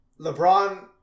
LeBron